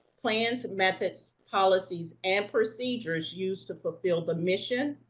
plans, methods, policies, and procedures used to fulfill the mission,